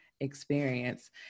Experience